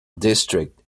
district